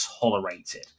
tolerated